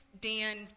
Dan